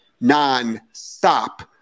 non-stop